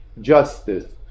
justice